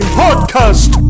podcast